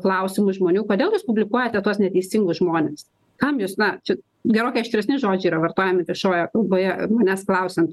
klausimų iš žmonių kodėl jūs publikuojate tuos neteisingus žmones kam jūs na čia gerokai aštresni žodžiai yra vartojami viešojoje kalboje manęs klausiant